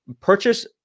Purchase